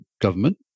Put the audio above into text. government